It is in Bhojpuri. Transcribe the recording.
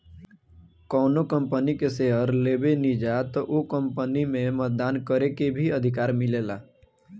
कौनो कंपनी के शेयर लेबेनिजा त ओ कंपनी में मतदान करे के भी अधिकार मिलेला